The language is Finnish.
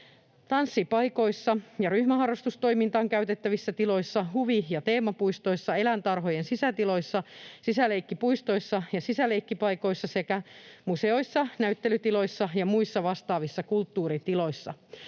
tanssipaikoissa ja ryhmäharrastustoimintaan käytettävissä tiloissa, huvi- ja teemapuistoissa, eläintarhojen sisätiloissa, sisäleikkipuistoissa ja sisäleikkipaikoissa sekä museoissa, näyttelytiloissa ja muissa vastaavissa kulttuuritiloissa.